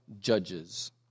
Judges